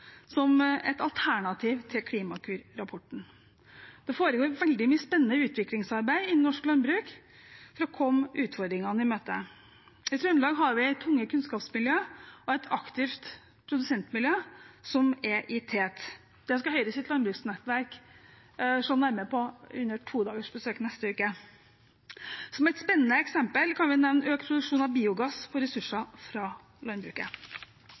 som et alternativ til Klimakur-rapporten. Det foregår veldig mye spennende utviklingsarbeid innen norsk landbruk for å komme utfordringene i møte. I Trøndelag har vi tunge kunnskapsmiljø og et aktivt produsentmiljø som er i tet. Det skal Høyres landbruksnettverk se nærmere på under et todagers besøk neste uke. Som et spennende eksempel kan jeg nevne økt produksjon av biogass på ressurser fra landbruket.